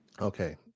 okay